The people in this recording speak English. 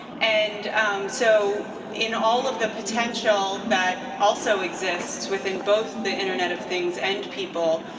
and so in all of the potential that also exists within both the internet of things and people,